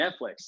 Netflix